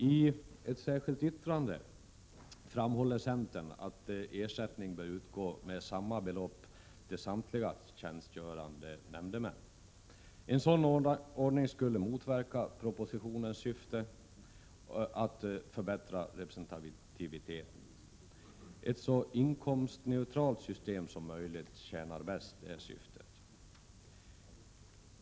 I ett särskilt yttrande framhåller centern att ersättning bör utgå med samma belopp till samtliga tjänstgörande nämndemän. En sådan ordning skulle motverka propositionens syfte att förbättra representativiteten. Ett så inkomstneutralt system som möjligt tjänar bäst det syftet.